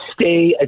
stay